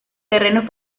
terrenos